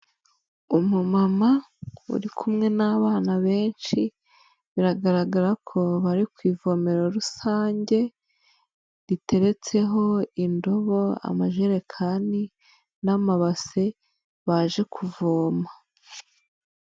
Umumama uri kumwe n'abana benshi biragaragara ko bari ku ivomero rusange riteretseho indobo, amajerekani n'amabase baje kuvoma.